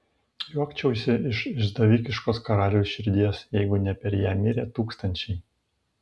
juokčiausi iš išdavikiškos karaliaus širdies jeigu ne per ją mirę tūkstančiai